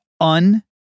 un-